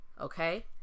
Okay